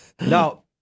Now